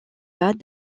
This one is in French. pas